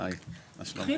לגבי